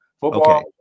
Football